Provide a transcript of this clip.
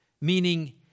meaning